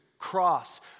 cross